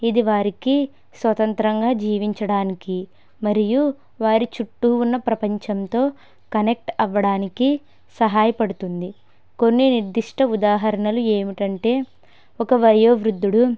ఇది వారికి స్వతంత్రంగా జీవించడానికి మరియు వారి చుట్టూ ఉన్న ప్రపంచంతో కనెక్ట్ అవ్వడానికి సహాయపడుతుంది కొన్ని నిర్దిష్ట ఉదాహరణలు ఏమిటంటే ఒక వయోవృద్ధుడు